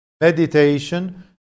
meditation